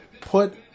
put